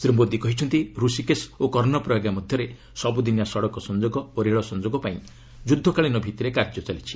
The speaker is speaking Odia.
ଶ୍ରୀ ମୋଦି କହିଛନ୍ତି ଋଷିକେଶ ଓ କର୍ଣ୍ଣପ୍ରୟାଗ ମଧ୍ୟରେ ସବୁଦିନିଆ ସଡ଼କ ସଂଯୋଗ ଓ ରେଳ ସଂଯୋଗ ପାଇଁ ଯୁଦ୍ଧକାଳୀନ ଭିତ୍ତିରେ କାର୍ଯ୍ୟ ଚାଲିଛି